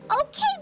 Okay